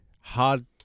Hard